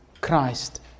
Christ